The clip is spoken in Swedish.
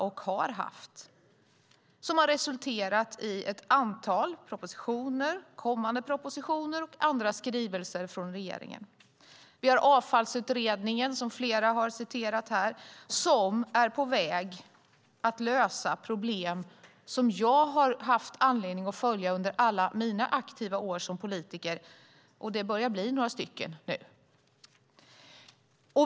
Det har resulterat i ett antal propositioner och kommer att resultera i ytterligare propositioner och andra skrivelser från regeringen. Avfallsutredningen, som flera citerat, är på väg att lösa problem som jag haft anledning att följa under mina år som aktiv politiker, och det börjar bli några år.